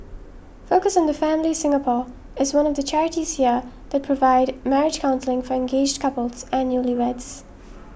focus on the Family Singapore is one of the charities here that provide marriage counselling for engaged couples and newlyweds